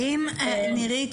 נירית,